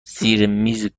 زیرمیز